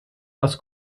aus